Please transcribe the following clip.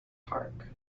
park